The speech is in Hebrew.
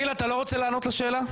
גיל, אתה לא רוצה לענות לשאלה.